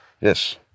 Yes